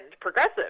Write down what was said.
progressive